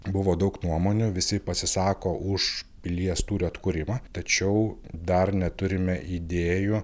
buvo daug nuomonių visi pasisako už pilies tūrio atkūrimą tačiau dar neturime idėjų